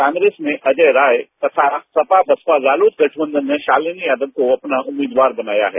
कांग्रेस में अजय राय तथा सपा बसपा रालोद गठबंधन ने शालिनी यादव को अपना उम्मीदवार बनाया है